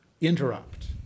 interrupt